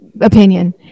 opinion